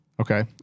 Okay